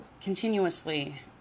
continuously